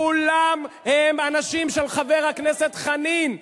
כולם הם אנשים של חבר הכנסת חנין.